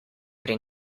pri